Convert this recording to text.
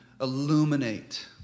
illuminate